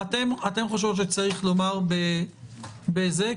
אתן חושבות שצריך לומר בחקיקה ראשית.